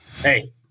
hey